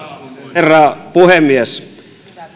herra puhemies